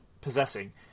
Possessing